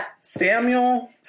Samuel